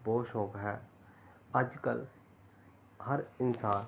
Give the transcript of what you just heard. ਬਹੁਤ ਸ਼ੌਕ ਹੈ ਅੱਜ ਕੱਲ੍ਹ ਹਰ ਇਨਸਾਨ